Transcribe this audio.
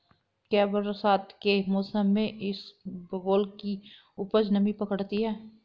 क्या बरसात के मौसम में इसबगोल की उपज नमी पकड़ती है?